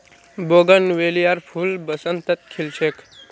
बोगनवेलियार फूल बसंतत खिल छेक